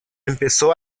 empezó